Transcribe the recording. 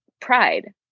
pride